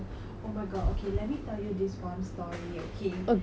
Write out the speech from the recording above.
okay so when I was in secondary school I was in dance right ya